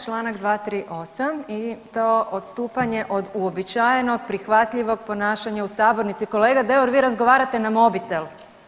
Čl. 238 i to odstupanje od uobičajenog, prihvatljivog ponašanja u sabornici, kolega Deur, vi razgovarate na mobitel.